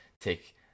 take